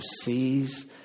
sees